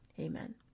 Amen